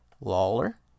Lawler